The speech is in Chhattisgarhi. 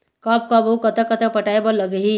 कब कब अऊ कतक कतक पटाए बर लगही